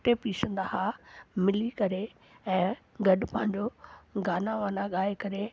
उते पीसंदा हुआ मिली करे ऐं गॾु पंहिंजो गाना वाना ॻाए करे